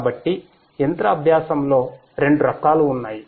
కాబట్టి యంత్ర అభ్యాసంలో రెండు రకాలు ఉన్నాయి